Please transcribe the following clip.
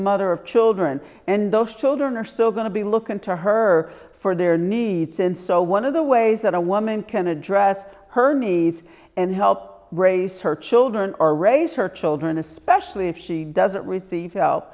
mother of children and those children are still going to be looking to her for their needs and so one of the ways that a woman can address her needs and help raise her children or raise her children especially if she doesn't receive help